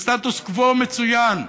לסטטוס קוו מצוין,